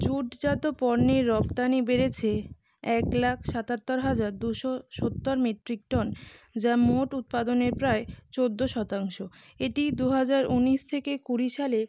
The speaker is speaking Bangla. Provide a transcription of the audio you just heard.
জুটজাত পণ্যের রফতানি বেড়েছে এক লাখ সাতাত্তর হাজার দুশো সত্তর মেট্রিক টন যা মোট উৎপাদনের প্রায় চোদ্দো শতাংশ এটি দু হাজার উনিশ থেকে কুড়ি সালে